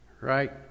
right